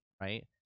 right